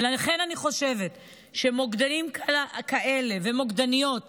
ולכן אני חושבת שמוקדנים ומוקדניות כאלה,